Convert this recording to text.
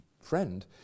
friend